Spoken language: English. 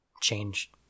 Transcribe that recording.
change